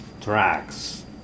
tracks